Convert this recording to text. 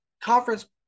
conference